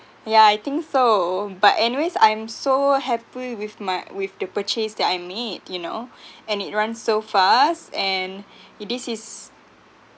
yeah I think so but anyways I'm so happy with my with the purchase that I made you know and it runs so fast and if this is